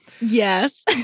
Yes